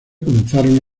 comenzaron